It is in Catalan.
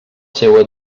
seua